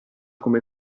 come